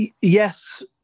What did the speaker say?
Yes